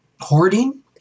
Hoarding